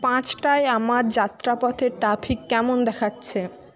পাঁচটায় আমার যাত্রাপথে ট্রাফিক কেমন দেখাচ্ছে